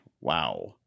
Wow